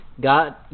God